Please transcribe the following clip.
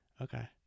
okay